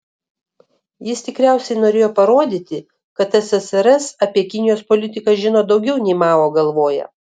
jis tikriausiai norėjo parodyti kad ssrs apie kinijos politiką žino daugiau nei mao galvoja